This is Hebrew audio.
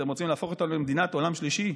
אתם רוצים להפוך אותנו למדינת עולם שלישי?